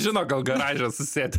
žino gal garaže susėdę